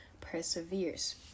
perseveres